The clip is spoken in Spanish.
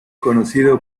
conocido